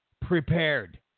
prepared